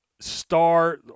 star